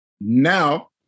now